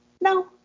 No